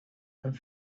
and